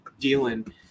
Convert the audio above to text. dealing